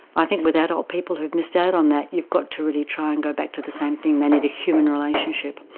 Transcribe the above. i think with adult people who've missed out on that you've got to try and go back to the same thing, they need a human relationship.